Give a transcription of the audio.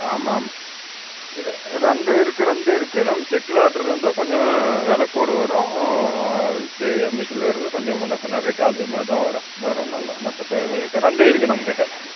ஆமாம் ஆமாம் இது ரெண்டும் இருக்குது ரெண்டும் இருக்குது நம்ம செக்கில் ஆட்டுறதா இருந்தால் கொஞ்சம் வெலை கூட வரும் செ மெஷினில் வர்றது கொஞ்சம் முன்ன பின்ன ரேட் அது மாதிரி தான் வரும் வேற ஒன்றுல்ல மற்றபடி இருக்குது ரெண்டும் இருக்குது நம்மக்கிட்ட